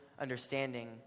understanding